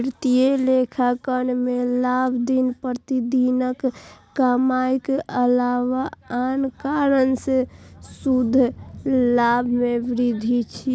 वित्तीय लेखांकन मे लाभ दिन प्रतिदिनक कमाइक अलावा आन कारण सं शुद्ध लाभ मे वृद्धि छियै